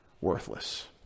worthless